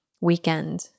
weekend